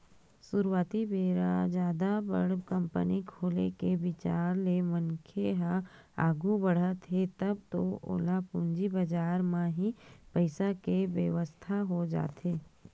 सुरुवाती बेरा जादा बड़ कंपनी खोले के बिचार ले मनखे ह आघू बड़हत हे तब तो ओला पूंजी बजार म ही पइसा के बेवस्था हो जाथे